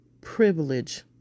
privilege